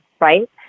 right